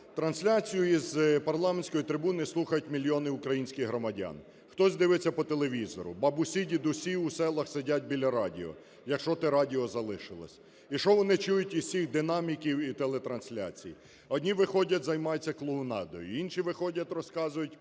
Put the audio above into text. Трансляцію із парламентської трибуни слухають мільйони українських громадян: хтось дивиться по телевізору, бабусі і дідусі у селах сидять біля радіо, якщо те радіо залишилось. І що вони чують із цих динаміків і телетрансляцій? Одні виходять – займаються клоунадою, інші виходять – розказують